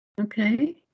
Okay